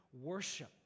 worship